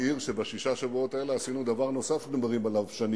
העיר שבששת השבועות האלה עשינו דבר נוסף שאנחנו מדברים עליו שנים: